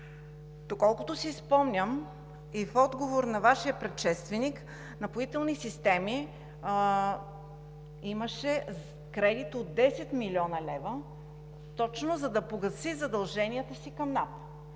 Доколкото си спомням, и в отговор на Вашия предшественик, Напоителни системи имаше кредит от 10 млн. лв., точно за да погаси задълженията си към НАП.